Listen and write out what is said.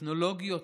בטכנולוגיות